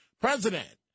president